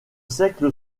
siège